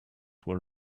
were